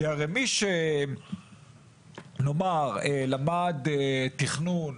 כי הרי מי שנאמר למד תכנון,